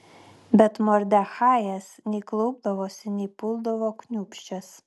bet mordechajas nei klaupdavosi nei puldavo kniūbsčias